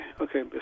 Okay